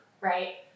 Right